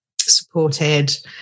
supported